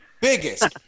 Biggest